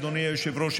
ואדוני היושב-ראש,